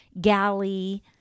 galley